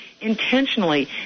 intentionally